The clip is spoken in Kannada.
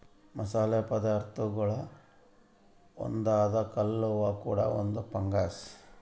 ಮಸಾಲೆ ಪದಾರ್ಥಗುಳಾಗ ಒಂದಾದ ಕಲ್ಲುವ್ವ ಕೂಡ ಒಂದು ಫಂಗಸ್